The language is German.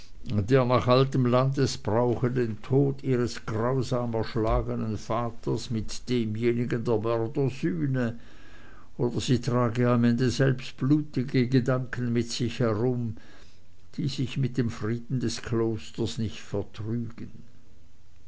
der nach altem landesbrauche den tod ihres grausam erschlagenen vaters mit demjenigen der mörder sühne oder sie trage am ende selbst blutige gedanken mit sich herum die sich mit dem frieden des klosters nicht vertrügen